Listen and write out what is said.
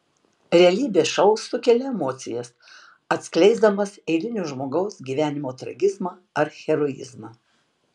realybės šou sukelia emocijas atskleisdamas eilinio žmogaus gyvenimo tragizmą ar heroizmą